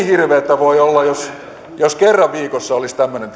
hirveätä voi olla jos jos kerran viikossa olisi tämmöinen